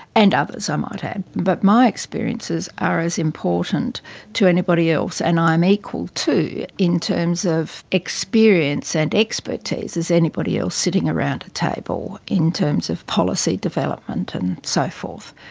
and others i might add, but my experiences are as important to anybody else, and i am equal too in terms of experience and expertise as anybody else sitting around a table in terms of policy development and so forth.